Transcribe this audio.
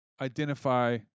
identify